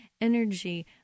energy